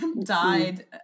Died